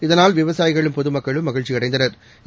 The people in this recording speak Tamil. இதனால் விவசாயிகளும் பொதுமக்களும் மகிழ்ச்சி அடைந்தனா்